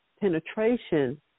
penetration